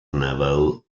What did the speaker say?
naval